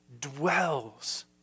dwells